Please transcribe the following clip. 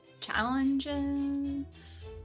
challenges